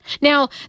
Now